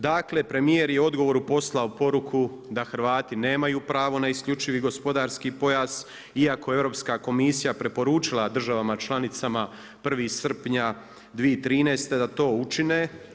Dakle, premijer je u odgovoru poslao poruku da Hrvati nemaju pravo na isključivi gospodarski pojas iako je Europska komisija preporučila državama članicama 1. srpnja 2013. da to učine.